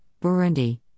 Burundi